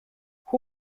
who